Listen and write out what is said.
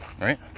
right